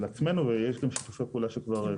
עצמנו ויש גם שיתופי פעולה שכבר קורים.